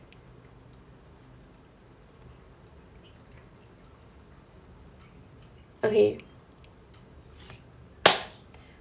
okay